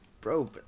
Bro